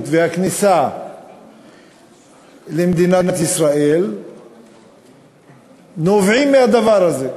והכניסה למדינת ישראל נובעים מהדבר הזה,